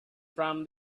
from